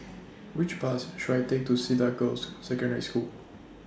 Which Bus should I Take to Cedar Girls' Secondary School